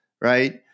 right